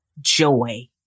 joy